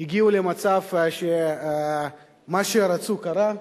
הגיעו למצב שמה שרצו קרה.